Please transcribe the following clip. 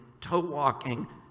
toe-walking